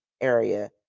area